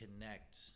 connect